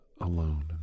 alone